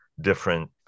different